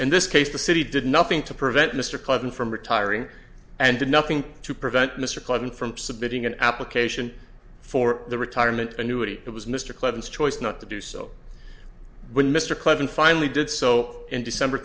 in this case the city did nothing to prevent mr clinton from retiring and did nothing to prevent mr clinton from submitting an application for the retirement annuity it was mr clinton's choice not to do so when mr clinton finally did so in december